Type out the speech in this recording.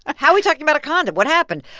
how are we talking about a condom? what happened?